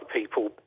people